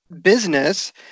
business